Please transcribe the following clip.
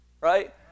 right